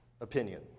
opinion